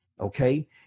okay